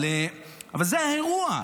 אבל זה האירוע.